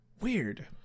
Weird